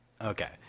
Okay